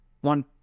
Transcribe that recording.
one